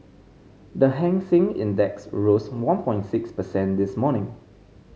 the Hang Seng Index rose one point six percent this morning